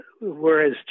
whereas